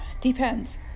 Depends